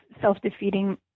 self-defeating